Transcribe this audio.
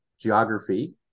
geography